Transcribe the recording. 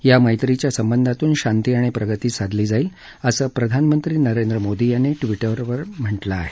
या मैत्रीच्या संबंधातून शांती आणि प्रगती साधली जाईल असं प्रधानमंत्री नरेंद्र मोदी यांनी ट्विटरवर म्हटलं आहे